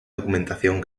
documentación